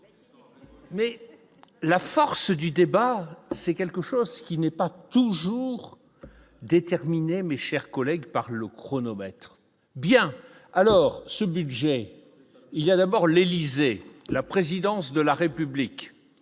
La force du débat, c'est quelque chose qui n'est pas toujours déterminé, mes chers collègues par le chronomètre bien alors ce budget il y a d'abord l'Élysée, la présidence de la République